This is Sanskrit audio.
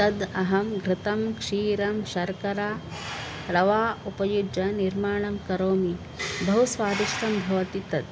तद् अहं घृतं क्षीरं शर्करा लवणम् उपयुज्य निर्माणं करोमि बहु स्वादिष्टं भवति तत्